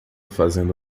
fazendo